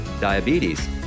diabetes